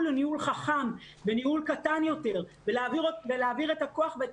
הוא ניהול חכם וניהול קטן יותר ולהעביר את הכוח ואת